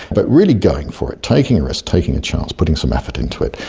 but really going for it, taking risks, taking a chance, putting some effort into it,